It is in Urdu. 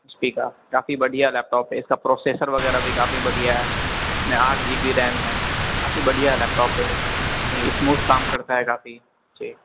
ایچ پی کا کافی بڑھیا لیپ ٹاپ ہے اس کا پروسیسر وغیرہ بھی کافی بڑھیا ہے اس میں آٹھ جی بی ریم ہے کافی بڑھیا لیپ ٹاپ ہے یہ اسموتھ کام کرتا ہے کافی جی